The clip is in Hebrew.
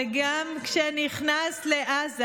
וגם כשנכנס לעזה,